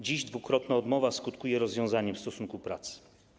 Dziś dwukrotna odmowa skutkuje rozwiązaniem stosunku pracy.